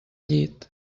llit